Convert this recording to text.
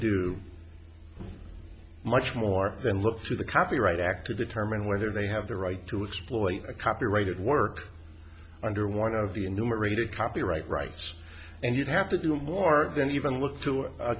do much more than look through the copyright act to determine whether they have the right to exploit a copyrighted work under one of the enumerated copyright rights and you'd have to do more than even look to